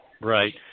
Right